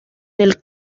del